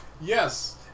Yes